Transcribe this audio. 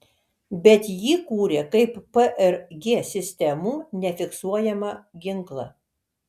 bet jį kūrė kaip prg sistemų nefiksuojamą ginklą